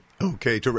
Okay